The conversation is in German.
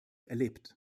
erlebt